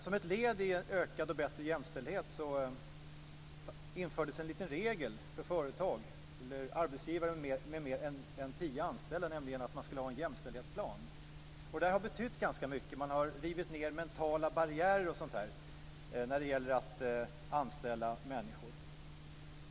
Som ett led i en ökad och bättre jämställdhet har införts en regel för arbetsgivare med mer än tio anställda, nämligen att de ska ha en jämställdhetsplan. Detta har betytt ganska mycket, bl.a. att mentala barriärer har rivits ned när det gäller att anställa människor.